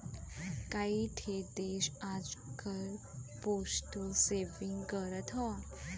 कई ठे देस आजकल पोस्टल सेविंग करत हौ